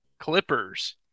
Clippers